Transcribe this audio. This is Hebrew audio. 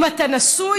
אם אתה נשוי,